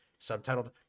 subtitled